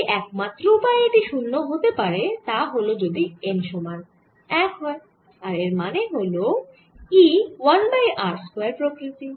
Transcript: যেই একমাত্র উপায়ে এটি শূন্য হতে পারে তা হলে যদি n সমান 1 হয় আর এর মানে হল E 1 বাই r স্কয়ার প্রকৃতির